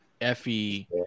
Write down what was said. Effie